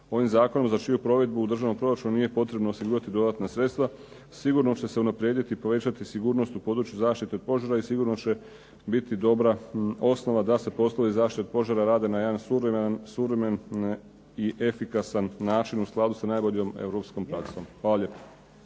Ovim zakonom za čiju provedbu u državnom proračunu nije potrebno osigurati dodatna sredstva sigurno će se unaprijediti i povećati sigurnost u području zaštite od požara i sigurno će biti dobra osnova da se poslovi zaštite od požara rade na jedan suvremen i efikasan način u skladu sa najboljom europskom praksom. Hvala